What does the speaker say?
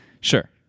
Sure